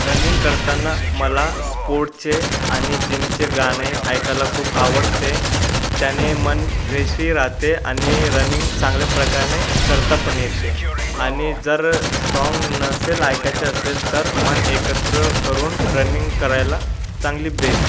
running करताना मला स्पोर्टचे आणि जीमचे गाणे ऐकायला खूप आवडते त्याने मन फ्रेशही राहते आणि रनिंग चांगल्या प्रकाराने करता पण येते आणि जर साँग नसेल ऐकायचं असेल तर मन एकत्र करून रनिंग करायला चांगली बेस्ट